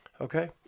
Okay